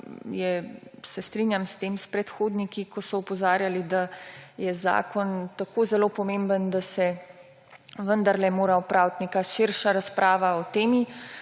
so. Strinjam se s predhodniki, ko so opozarjali, da je zakon tako zelo pomemben, da se vendarle mora opraviti neka širša razprava o temi,